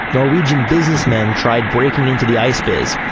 norwegian businessmen tried breaking into the ice biz,